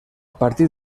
partir